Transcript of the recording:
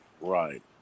Right